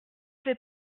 fais